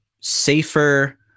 safer